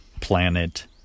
planet